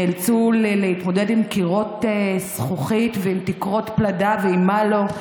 נאלצו להתמודד עם קירות זכוכית ועם תקרות פלדה ועם מה לא,